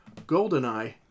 Goldeneye